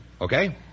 Okay